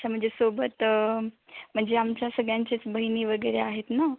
अच्छा म्हणजे सोबत म्हणजे आमच्या सगळ्यांचेच बहिणी वगैरे आहेत ना